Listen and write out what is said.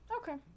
Okay